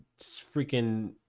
freaking